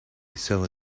seller